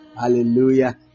Hallelujah